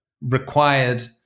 required